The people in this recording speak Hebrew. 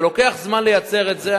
זה לוקח זמן לייצר את זה.